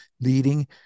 leading